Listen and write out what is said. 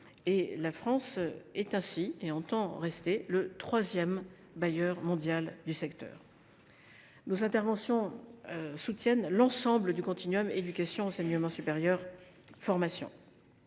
la France au rang – qu’elle entend conserver – de troisième bailleur mondial pour ce secteur. Nos interventions soutiennent l’ensemble du continuum éducation enseignement supérieur formation.